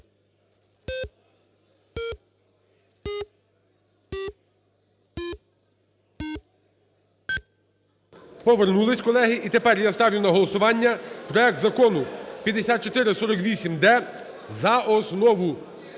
Повернулись, колеги. І тепер я ставлю на голосування проект Закону 5448-д за основу.